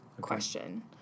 question